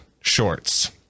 shorts